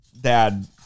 dad